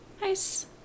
nice